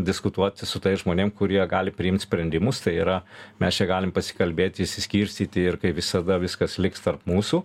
diskutuoti su tais žmonėm kurie gali priimt sprendimus tai yra mes čia galim pasikalbėti išsiskirstyti ir kaip visada viskas liks tarp mūsų